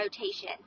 rotation